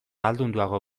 ahaldunduago